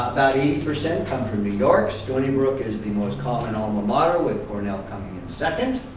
eighty percent come from new york. stony and brook is the most common alma mater, with cornell coming in second.